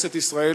בכנסת ישראל,